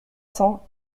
cents